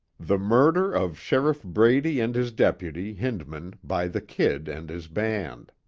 the murder of sheriff brady and his deputy, hindman, by the kid and his band.